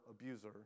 abuser